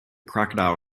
crocodile